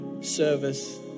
service